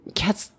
cats